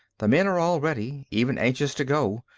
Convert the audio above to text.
the men are all ready, even anxious to go.